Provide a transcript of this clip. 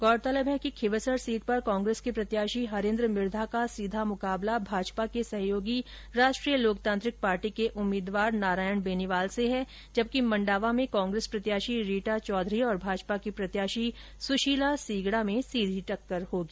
गौरतलब है कि खींवसर सीट पर कांग्रेस के प्रत्याशी हरेन्द्र मिर्घा का सीधा मुकाबला भाजपा के सहयोगी राष्ट्रीय लोकतांत्रिक पार्टी के उम्मीदवार नारायण बेनीवाल से है जबकि मंडावा में कांग्रेस प्रत्याशी रीटा चौधरी और भाजपा की प्रत्याशी सुशीला सीगडा में टक्कर होगी